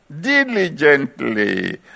diligently